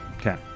Okay